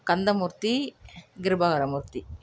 Kandamoorthy Kirubakaramoorthy